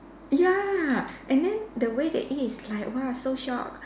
ya and then the way they eat is like !wah! so shiok